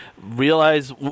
realize